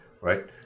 right